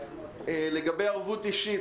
לגבי ערבות אישית,